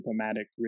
diplomatic